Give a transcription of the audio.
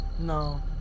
No